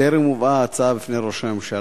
טרם הובאה ההצעה בפני ראש הממשלה.